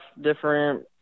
different